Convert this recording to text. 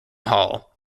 hall